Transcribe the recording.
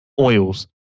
Oils